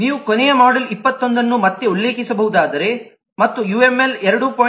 ನೀವು ಕೊನೆಯ ಮಾಡ್ಯೂಲ್ 21 ಅನ್ನು ಮತ್ತೆ ಉಲ್ಲೇಖಿಸಬಹುದಾದರೆ ಮತ್ತು ಯುಎಂಎಲ್ 2